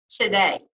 today